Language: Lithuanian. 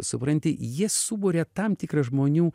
supranti jis suburia tam tikrą žmonių